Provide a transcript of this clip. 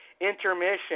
Intermission